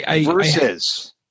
versus